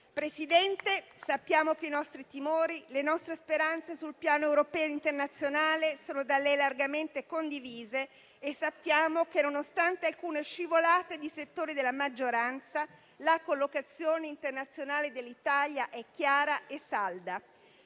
Presidente, sappiamo che i nostri timori e le nostre speranze sul piano europeo ed internazionale sono da lei largamente condivise e sappiamo che nonostante alcune scivolate di settori della maggioranza la collocazione internazionale dell'Italia è chiara e salda.